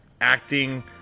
acting